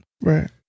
Right